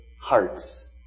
hearts